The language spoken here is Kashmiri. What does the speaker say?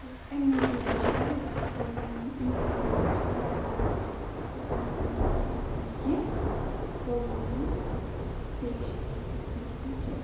بَس اَمہِ مٔزیٖد تہِ چھِ وارِیاہ تِتھ پرٛوگرام یِم اٮ۪نٹَرٹینِنٛگ چھِ وارِیاہ زیادٕ تہٕ مےٚ کوٚرمو تۄہہِ برۄنٛہہ کَنہِ کیٚنٛہہ پرٛوگرامن ہُنٛد پیش کٔرۍ مےٚ تۄہہِ برۄنٛہہ کَنہِ کیٚنٛہہ